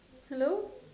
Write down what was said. hello